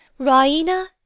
raina